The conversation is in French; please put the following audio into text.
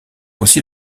aussi